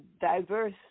diverse